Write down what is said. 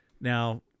Now